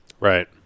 Right